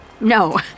no